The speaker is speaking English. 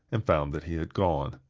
and found that he had gone.